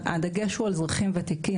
הדגש הוא על אזרחים ותיקים,